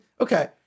Okay